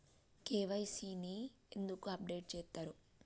KYC ని ఎందుకు update చేత్తరు?